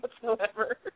whatsoever